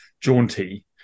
jaunty